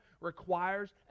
requires